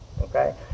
Okay